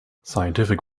scientific